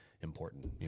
important